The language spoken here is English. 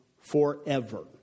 forever